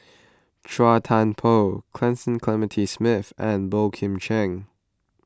Chua Thian Poh Cecil Clementi Smith and Boey Kim Cheng